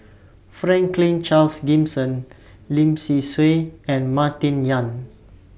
Franklin Charles Gimson Lim Swee Say and Martin Yan